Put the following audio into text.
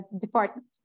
department